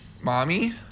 Mommy